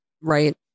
right